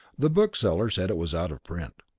the bookseller said it was out of print.